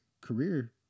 career